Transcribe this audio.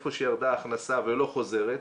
איפה שירדה ההכנסה ולא חוזרת,